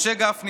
משה גפני,